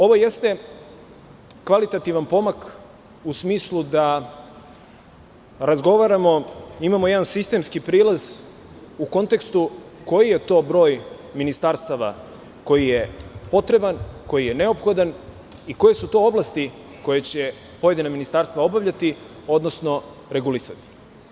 Ovo jeste kvalitativan pomak u smislu da razgovaramo, imamo jedan sistemski prilaz u kontekstu koji je to broj ministarstva koji je potreban, neophodan i koje su to oblasti koje će pojedina ministarstva obavljati, odnosno regulisati.